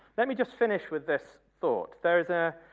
let me just finish with this thought, though the